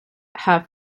have